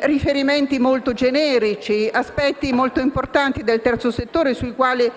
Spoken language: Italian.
riferimenti molto generici, aspetti molto importanti del terzo settore sui quali